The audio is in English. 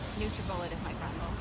nutribullet is my friend.